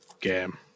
game